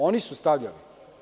Oni su stavljali.